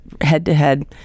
head-to-head